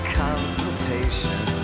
consultation